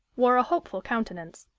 wore a hopeful countenance.